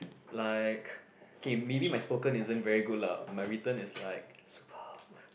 like K maybe my spoken isn't very good lah my written is like superb